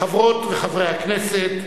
חברות וחברי הכנסת,